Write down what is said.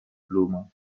pluma